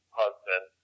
husband